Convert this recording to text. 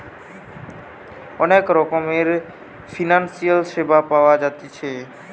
অনেক রকমের ফিনান্সিয়াল সেবা পাওয়া জাতিছে